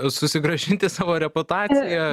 susigrąžinti savo reputaciją